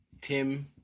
Tim